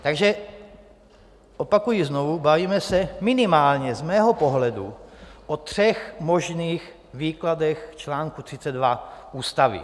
Takže opakuji znovu, bavíme se minimálně z mého pohledu o třech možných výkladech čl. 32 ústavy.